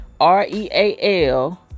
R-E-A-L